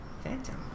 Phantom